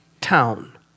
town